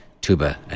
tuba